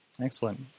Excellent